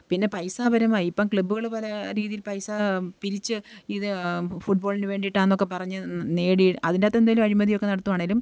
പിന്നെ പൈസ പരമായി ഇപ്പം ക്ലബ്ബുകൾ പല രീതിയിൽ പൈസ പിരിച്ച് ഇത് ഫുട്ബോളിന് വേണ്ടിയിട്ടാണ് എന്നൊക്കെ പറഞ്ഞ് നേടി അതിൻ്റെ അകത്തെ എന്തേലും അഴിമതി ഒക്കെ നടത്തുവാണേലും